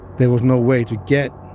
there was no way to get,